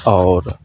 आओर